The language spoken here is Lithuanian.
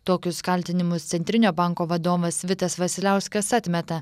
tokius kaltinimus centrinio banko vadovas vitas vasiliauskas atmeta